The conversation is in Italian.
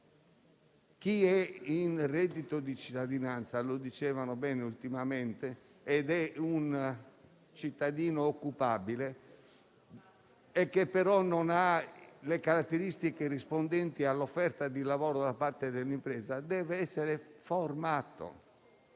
Chi è in reddito di cittadinanza ed è un cittadino occupabile, ma non ha le caratteristiche rispondenti all'offerta di lavoro da parte dell'impresa, deve essere formato.